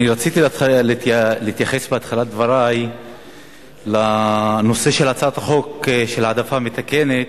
אני רציתי להתייחס בתחילת דברי לנושא של הצעת החוק להעדפה מתקנת.